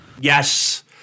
Yes